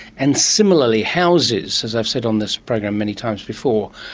and similarly houses, as i've said on this program many times before,